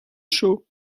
show